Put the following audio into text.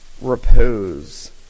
repose